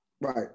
Right